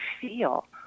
feel